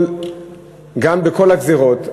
גם בכל הגזירות,